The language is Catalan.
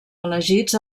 elegits